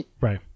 right